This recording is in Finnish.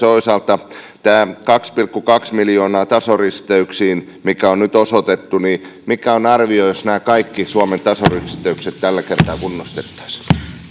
toisaalta tämä kaksi pilkku kaksi miljoonaa tasoristeyksiin mikä on nyt osoitettu mikä on arvio jos nämä kaikki suomen tasoristeykset tällä kertaa kunnostettaisiin